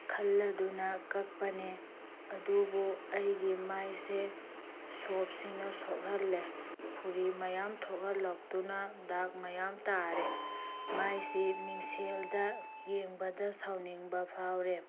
ꯈꯜꯂꯗꯨꯅ ꯀꯛꯄꯅꯦ ꯑꯗꯨꯕꯨ ꯑꯩꯒꯤ ꯃꯥꯏꯁꯦ ꯁꯣꯞꯁꯤꯅ ꯁꯣꯛꯍꯜꯂꯦ ꯐꯨꯔꯤ ꯃꯌꯥꯝ ꯊꯣꯛꯍꯜꯂꯛꯇꯨꯅ ꯗꯥꯛ ꯃꯌꯥꯝ ꯇꯥꯔꯦ ꯃꯥꯏꯁꯤ ꯃꯤꯡꯁꯦꯜꯗ ꯌꯦꯡꯕꯗ ꯁꯥꯎꯅꯤꯡꯕ ꯐꯥꯎꯔꯦ